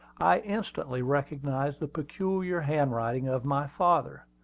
i instantly recognized the peculiar handwriting of my father.